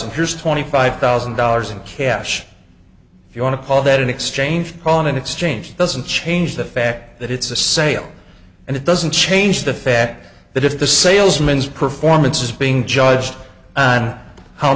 here's twenty five thousand dollars in cash if you want to call that an exchange on an exchange doesn't change the fact that it's a sale and it doesn't change the fact that if the salesman's performance is being judged on how